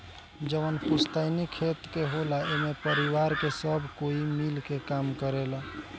जवन पुस्तैनी खेत होला एमे परिवार के सब कोई मिल के काम करेला